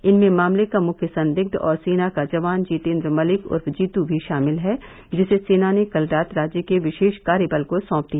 इनमें मामले का मुख्य संदिग्ध और सेना का जवान जीतेन्द्र मलिक उर्फ जीतू भी शामिल है जिसे सेना ने कल रात राज्य के विशेष कार्यबल को सौंप दिया